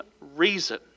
reason